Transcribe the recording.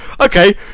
okay